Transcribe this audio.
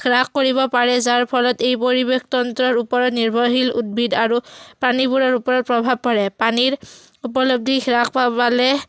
হ্ৰাস কৰিব পাৰে যাৰ ফলত এই পৰিৱেশতন্ত্ৰৰ ওপৰত নিৰ্ভৰশীল উদ্ভিদ আৰু পানীবোৰৰ ওপৰত প্ৰভাৱ পৰে পানীৰ উপলব্ধি হ্ৰাস পা পালে